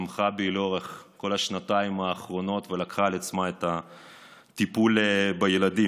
שתמכה בי לאורך כל השנתיים האחרונות ולקחה על עצמה את הטיפול בילדים.